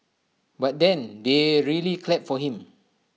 but then they really clapped for him